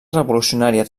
revolucionària